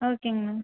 ஓகேங்கண்ணா